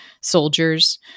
soldiers